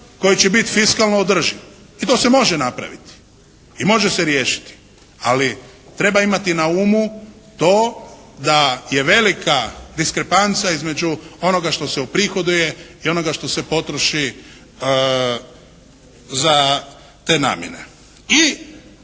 koji će biti fiskalno održiv i to se može napraviti i može se riješiti. Ali treba imati na umu to da je velika diskrepanca između onoga što se uprihoduje i onoga što se potroši za te namjene.